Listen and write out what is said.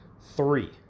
Three